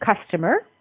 customer